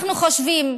אנחנו חושבים,